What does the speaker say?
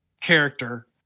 character